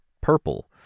purple